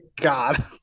God